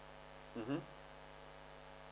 mmhmm